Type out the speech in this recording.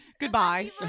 goodbye